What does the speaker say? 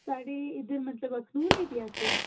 कहां इद्धर मतलब अखनूर एरिया च